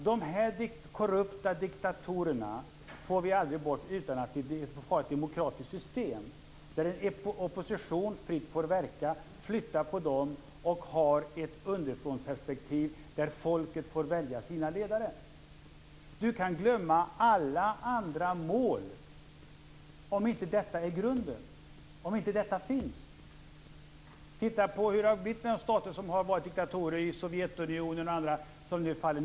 De här korrupta diktatorerna får vi aldrig bort utan ett demokratiskt system, där en opposition fritt får verka, har ett underifrån perspektiv och där folket får välja sina ledare. Vi får glömma alla andra mål om inte detta är grunden, om inte det finns. Vi kan titta på hur det har blivit i en del av staterna i f.d. Sovjet som nu faller.